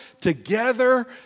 together